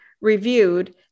reviewed